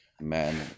man